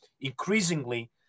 increasingly